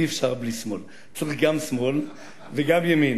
אי-אפשר בלי שמאל, צריך גם שמאל וגם ימין.